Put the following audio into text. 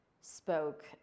spoke